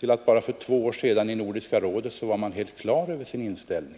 till att bara för två år sedan var centerpartiet i Nordiska rådet helt på det klara med sin inställning.